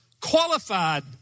qualified